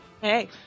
Hey